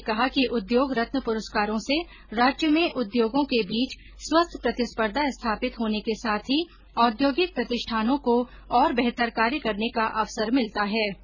उन्होंने कहा कि उद्योग रत्न पुरस्कारों से राज्य में उद्योगों के बीच स्वस्थ्य प्रतिस्पर्धा स्थापित होने के साथ ही औद्योगिक प्रतिष्ठानों को और बेहतर कार्य करने का अवसर मिलता है